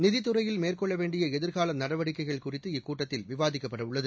நிதித்துறையில் மேற்கொள்ள வேண்டிய எதிர்கால நடவடிக்கைகள் குறித்து இக்கூட்டத்தில் விவாதிக்கப்பட உள்ளது